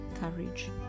courage